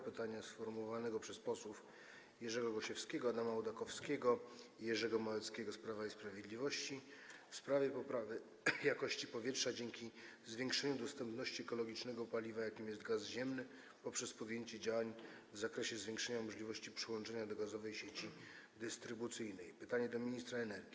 Pytanie sformułowane przez posłów Jerzego Gosiewskiego, Adama Ołdakowskiego i Jerzego Małeckiego z Prawa i Sprawiedliwości, w sprawie poprawy jakości powietrza dzięki zwiększeniu dostępności ekologicznego paliwa, jakim jest gaz ziemny, poprzez podjęcie działań w zakresie zwiększenia możliwości przyłączenia do gazowej sieci dystrybucyjnej - pytanie do ministra energii.